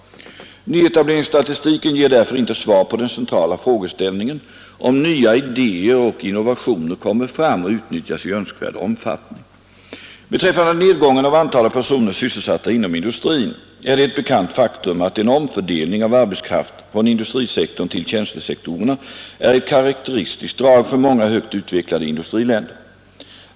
Nyetableringsstatistiken ger därför inte svar på den centrala frågeställningen — om nya idéer och innovationer kommer fram och utnyttjas i önskvärd omfattning. Beträffande nedgången av antalet personer sysselsatta inom industrin är det ett bekant faktum att en omfördelning av arbetskraft från industrisektorn till tjänstesektorerna är ett karakteristiskt drag för många högt utvecklade industriländer.